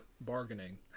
bargaining